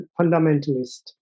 fundamentalist